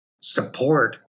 support